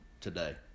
today